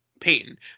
Payton